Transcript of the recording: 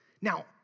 Now